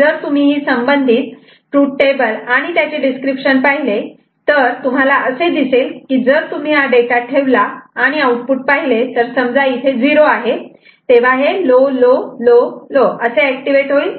जर तुम्ही ही संबंधित तृथ टेबल आणि त्याचे डिस्क्रिप्शन पाहिले तर तुम्हाला असे दिसेल की जर तुम्ही डेटा ठेवला आणि आऊटपुट पाहिले तर समजा इथे 0 आहे तेव्हा लो लो लो लो असे ऍक्टिव्हेट होईल